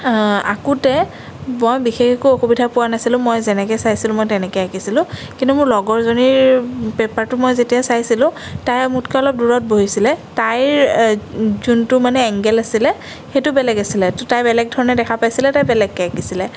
আঁকোতে মই বিশেষ একো অসুবিধা পোৱা নাছিলোঁ মই যেনেকৈ চাইছিলোঁ তেনেকৈ আঁকিছিলোঁ কিন্তু মোৰ লগৰজনীৰ পেপাৰটো মই যেতিয়া চাইছিলোঁ তাই মোতকৈ অলপ দূৰৈত বহিছিলে তাইৰ যোনটো মানে এংগেল আছিলে সেইটো বেলেগ আছিলে ত' তাই বেলেগ ধৰণে দেখা পাইছিলে তাই বেলেগকৈ আঁকিছিলে